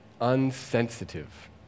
unsensitive